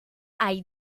hay